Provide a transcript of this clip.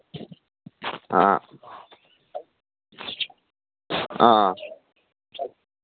ꯑꯥ ꯑꯥ ꯑꯥ